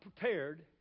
prepared